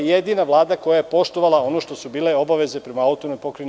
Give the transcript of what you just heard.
To je jedina Vlada koja je poštovala ono što su bile obaveze prema AP Vojvodini.